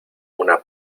una